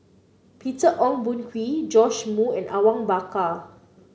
Peter Ong Boon Kwee Joash Moo and Awang Bakar